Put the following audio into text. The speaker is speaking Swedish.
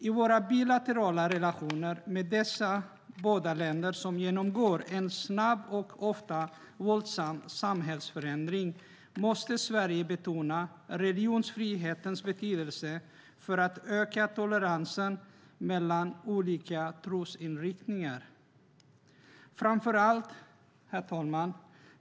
I våra bilaterala relationer med dessa båda länder, som genomgår en snabb och ofta våldsam samhällsförändring, måste Sverige betona religionsfrihetens betydelse för att öka toleransen mellan olika trosinriktningar. Herr talman!